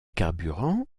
carburants